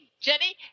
Jenny